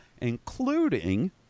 including